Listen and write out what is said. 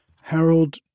Harold